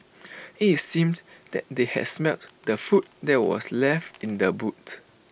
IT seemed that they had smelt the food that were left in the boot